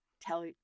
Tell